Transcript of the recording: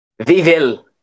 VIVIL